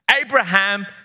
Abraham